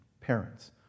parents